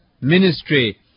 ministry